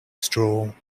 straw